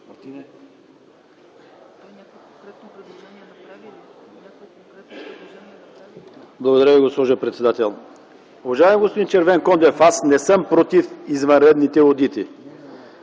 Уважаеми господин Червенкондев, аз не съм против извънредните одити,